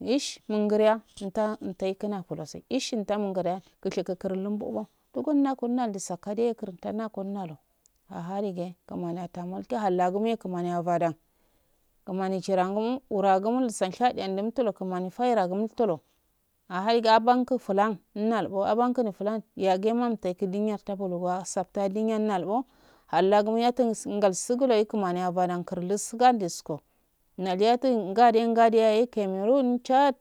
Yish mungiriya mta intaikuna polose ish uta mungureya kishi kukul lumbubo tugunna kun do sakadije kuruntana kun nalo aha diye kumani yatamoge hallangumo kumaniya badau kumania sherangunu wurangumol shel shediya numtolo kumani faira gum tolo ahe dige abanku flan unalbo abangire flan yagima umteki duniya tasologwwa asaftin dumgal nalbo hallagamu yatubsu lan sugule kmani yabadan lurlasngadusko nal yajun ngadiya ngadiyage cameron chad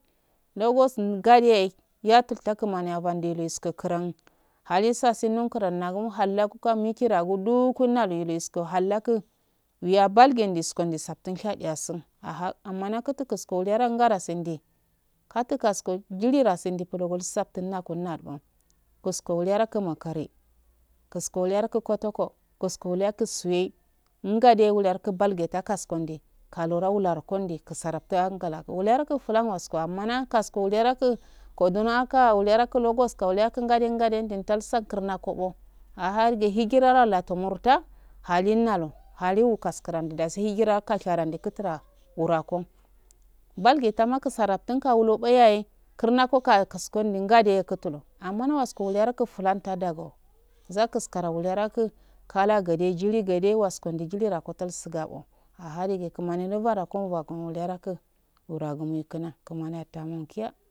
legosan gadoyagi yatul ta kumaniya bandes kukurun hawsasun munkara lagun hallakukan nikiragu do kunna luilusko hallanku wiya balge nelis ko ndo saftin shadiya sun ah amma yakutun kukoliya ngara sende katjukasko jiliraso ndiplogut saftin nakun nalbo kusko wuliyaraku kusko waliyaraku kotoko kusko waliyaraku suwai ngade wuloyaku balge takas konde loro wularo konde kusaftan angara wuliyaraku flan ako aamna kasko wuliyaraku kadunya raka wulogaraku logos kawulika ngade ngade ndurstarsal kurnako aha doge hijirala latomorja halonna lo hakiu kaska randas hali hajira kasharandi kutura wurako balge tama kusara tunkapulo boyaye kurnako ngade kutulo ammana wasko kupulayaye wuhiya laku flan tadago zakushkara waliyaragu tara gade jili gade waskondi jilira kotal sugabo ah dige kuwani nabada kon baku waliya kun wura gami kima kumani ya tamo kiya.